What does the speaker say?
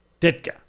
Ditka